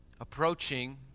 approaching